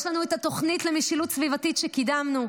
יש לנו את התוכנית למשילות סביבתית שקידמנו,